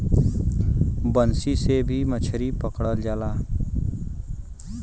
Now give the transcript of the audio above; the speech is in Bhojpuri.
बंसी से भी मछरी पकड़ल जाला